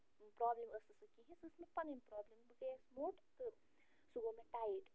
problem ٲس نہٕ سُہ کِہیٖنۍ سُہ ٲس مےٚ پنٕنۍ پرٛابلِم بہٕ گٔیس موٚٹ تہٕ سُہ گوٚو مےٚ ٹایِٹ